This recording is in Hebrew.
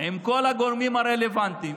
עם כל הגורמים הרלוונטיים.